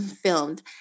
filmed